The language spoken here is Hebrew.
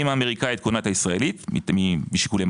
האם האמריקאית קונה את הישראלית משיקולי